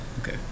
Okay